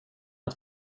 ett